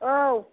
औ